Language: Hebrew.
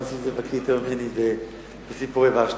הרב נסים זאב בקי יותר ממני בסיפורי ושתי.